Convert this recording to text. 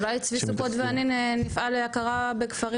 אולי צבי סוכות ואני נפעל להכרה בכפרים